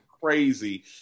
crazy